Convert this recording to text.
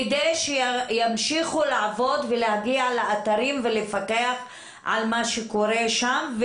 כדי שימשיכו לעבוד ולהגיע לאתרים ולפקח על מה שקורה שם.